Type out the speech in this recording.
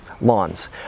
lawns